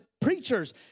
Preachers